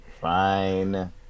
fine